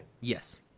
Yes